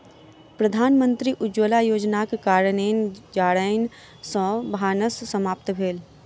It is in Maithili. प्रधानमंत्री उज्ज्वला योजनाक कारणेँ जारैन सॅ भानस समाप्त भेल